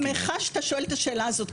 אני שמחה שאתה שואל את השאלה הזאת.